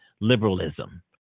liberalism